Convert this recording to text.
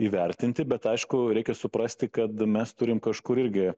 įvertinti bet aišku reikia suprasti kad mes turim kažkur irgi